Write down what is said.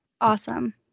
Awesome